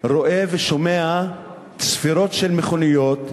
רואה ושומע צפירות של מכוניות,